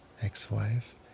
ex-wife